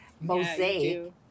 mosaic